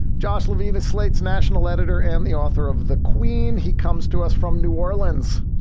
josh levine is slate's national editor and the author of the queen. he comes to us from new orleans.